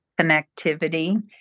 connectivity